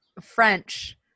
French